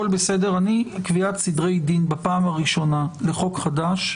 קביעת סדרי דין בפעם הראשונה לחוק חדש,